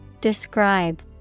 Describe